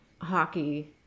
hockey